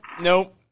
nope